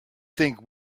think